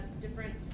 different